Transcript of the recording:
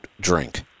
drink